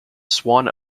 swan